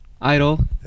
Idol